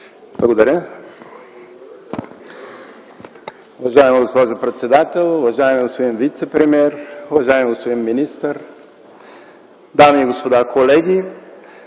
Благодаря. Уважаема госпожо председател, уважаеми господин вицепремиер, уважаеми господин министър, дами и господа, колеги!